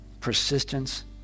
persistence